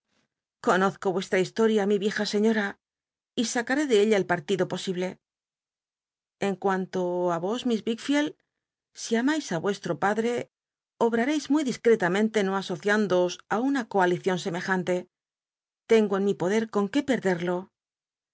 conozco yllesha hislol'ia mi vieja señora y sacar de eua el partido posible en cuan to á y os miss wicr ield si amais í vuestro padre obrareis muy discretamente no asoci indoos á una coalicion semejante tengo en mi poder con que perderlo